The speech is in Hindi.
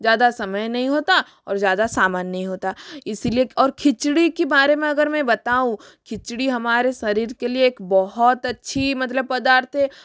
ज़्यादा समय नही होता और ज़्यादा सामान नहीं होता इसीलिए और खिचड़ी कि बारे में अगर मैं बताऊँ खिचड़ी हमारे शरीर के लिए एक बहुत अच्छी मतलब पदार्थ है